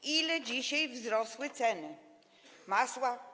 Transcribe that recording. O ile dzisiaj wzrosły ceny masła?